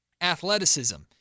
athleticism